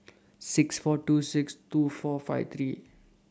six four two six two four five three